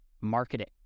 marketing